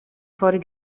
for